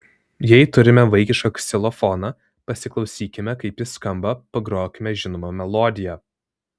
jei turime vaikišką ksilofoną pasiklausykime kaip jis skamba pagrokime žinomą melodiją